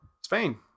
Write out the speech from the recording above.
Spain